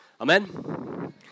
Amen